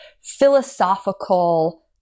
philosophical